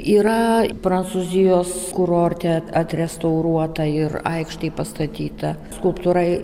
yra prancūzijos kurorte atrestauruota ir aikštėj pastatyta skulptūra